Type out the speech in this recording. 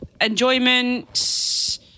Enjoyment